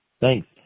thanks